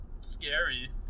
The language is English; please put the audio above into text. scary